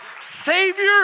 Savior